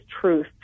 truth